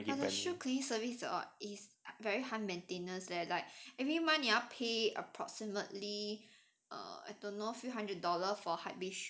cleaning service is very high maintenance leh like every month you need to pay like approximately I don't know a few hundred dollar for hypebeast shoes